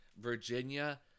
Virginia